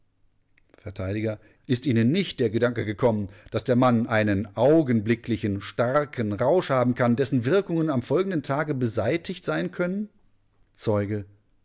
vert ist ihnen nicht der gedanke gekommen daß der mann einen augenblicklichen starken rausch haben kann dessen wirkungen am folgenden tage beseitigt sein können zeuge